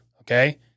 Okay